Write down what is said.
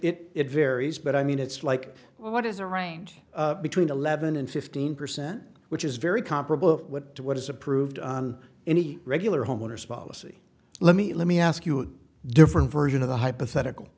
s it varies but i mean it's like well what is a range between eleven and fifteen percent which is very comparable to what is approved on any regular homeowner's policy let me let me ask you a different version of the hypothetical